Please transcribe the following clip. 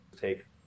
take